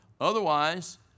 Otherwise